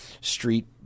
street